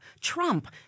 Trump